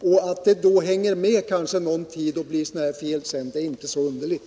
Att felaktiga inkomstuppgifter sedan hänger med någon tid är inte så underligt.